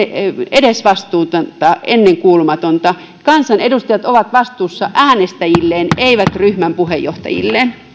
edesvastuutonta ennenkuulumatonta kansanedustajat ovat vastuussa äänestäjilleen eivät ryhmiensä puheenjohtajille